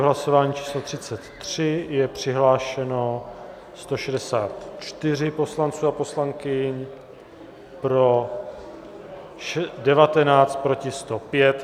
V hlasování číslo 33 je přihlášeno 164 poslanců a poslankyň, pro 19, proti 105.